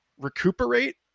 recuperate